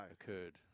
Occurred